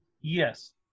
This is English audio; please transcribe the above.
Yes